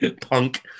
Punk